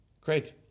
Great